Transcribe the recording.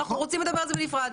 אנחנו רוצים לדבר על זה בנפרד.